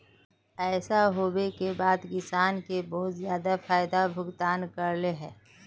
ऐसे होबे के बाद किसान के बहुत ज्यादा पैसा का भुगतान करले है?